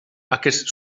aquest